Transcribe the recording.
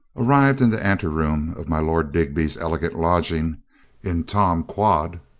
arrived in the anteroom of my lord digby's elegant lodging in tom quad,